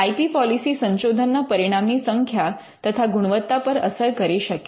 I P policy સંશોધનના પરિણામની સંખ્યા તથા ગુણવત્તા પર અસર કરી શકે